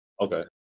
Okay